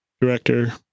director